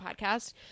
podcast